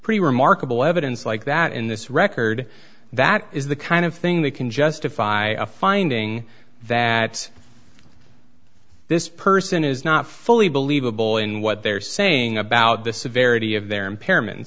pretty remarkable evidence like that in this record that is the kind of thing that can justify a finding that this person is not fully believe a bull in what they're saying about the severity of their